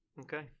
Okay